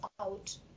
out